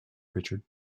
richard